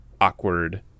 awkward